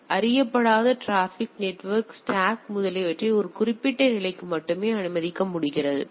எனவே அறியப்படாத traffic network stack முதலியவற்றில் ஒரு குறிப்பிட்ட நிலைக்கு மட்டுமே அனுமதிக்கப்படுகிறது